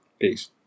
Peace